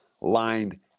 lined